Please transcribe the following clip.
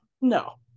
No